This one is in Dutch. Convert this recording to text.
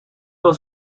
wel